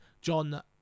John